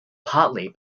partly